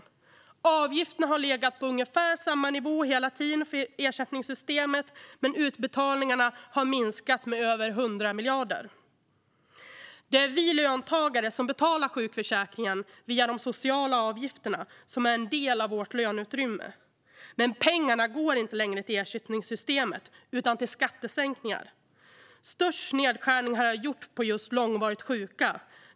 Avgiften för ersättningssystemet har legat på ungefär samma nivå hela tiden, men utbetalningarna har minskat med över 100 miljarder. Det är vi löntagare som betalar sjukförsäkringen via de sociala avgifterna, som är en del av vårt löneutrymme. Men pengarna går inte längre till ersättningssystemet utan till skattesänkningar. Störst nedskärning har gjorts på just långvarigt sjuka.